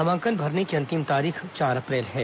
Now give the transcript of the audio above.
नामांकन भरने की अंतिम तारीख चार अप्रैल है